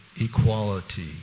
equality